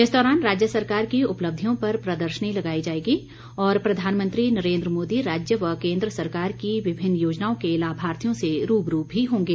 इस दौरान राज्य सरकार की उपलब्धियों पर प्रदर्शनी लगाई जाएगी और प्रधानमंत्री नरेन्द्र मोदी राज्य व केन्द्र सरकार की विभिन्न योजनाओं के लाभार्थियों से रूबरू भी होंगे